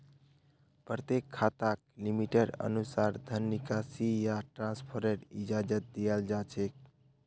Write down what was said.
प्रत्येक खाताक लिमिटेर अनुसा र धन निकासी या ट्रान्स्फरेर इजाजत दीयाल जा छेक